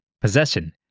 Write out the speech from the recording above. Possession